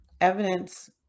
evidence